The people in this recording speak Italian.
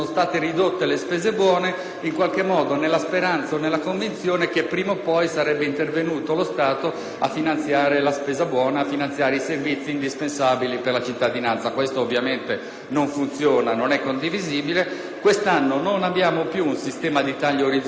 le spese buone, nella speranza, o nella convinzione, che prima o poi sarebbe intervenuto lo Stato a finanziare la spesa buona, i servizi indispensabili per la cittadinanza. Ciò ovviamente non funziona e non è condivisibile. Quest'anno non abbiamo più un sistema di tagli orizzontali della spesa ma, grazie all'articolo 60 del